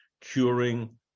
curing